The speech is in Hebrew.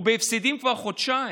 הוא בהפסדים כבר חודשיים,